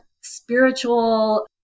spiritual